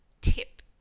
tip